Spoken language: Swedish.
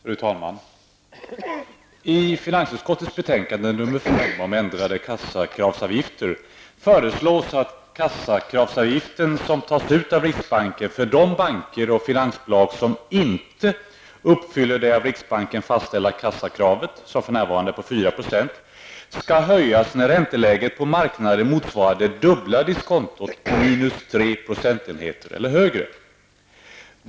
Fru talman! I finansutskottets betänkande nr 5 om ändrade kassakravsavgifter föreslås att kassakravsavgiften, som tas ut av riksbanken för de banker och finansbolag som inte uppfyller det av riksbanken fastställda kassakravet, som för närvarande är på 4 %, skall höjas när ränteläget på marknaden motsvarar det dubbla diskontot minus tre procentenheter eller högre.